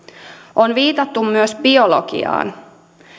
on viitattu myös biologiaan